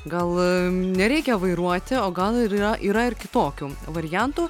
gal nereikia vairuoti o gal ir yra yra ir kitokių variantų